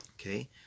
Okay